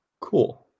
Cool